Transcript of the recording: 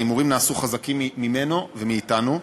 ההימורים נעשו חזקים ממנו ומאתנו.